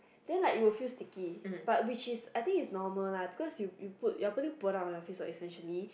then like you will feel sticky but which is I think is normal lah because you you put you are putting product on your face what essentially